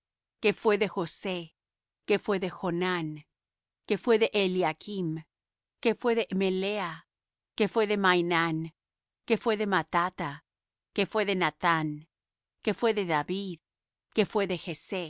que fué de josé que fué de jonán que fué de eliachm que fué de melea que fué de mainán que fué de mattatha que fué de nathán que fué de david que fué de